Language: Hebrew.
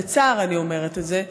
בצער אני אומרת את זה,